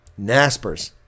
NASPERS